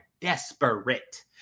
desperate